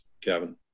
Kevin